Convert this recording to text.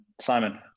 Simon